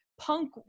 punk